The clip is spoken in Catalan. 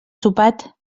sopat